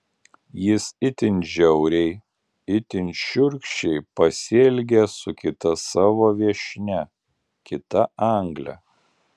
jis itin žiauriai itin šiurkščiai pasielgė su kita savo viešnia kita angle